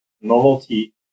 novelty